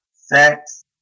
sex